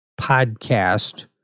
podcast